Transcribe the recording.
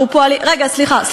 אנחנו פועלים, רגע, סליחה.